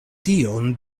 tion